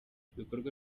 ibikorwa